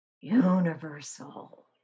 universal